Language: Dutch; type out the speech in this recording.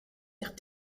zich